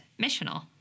missional